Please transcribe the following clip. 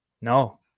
No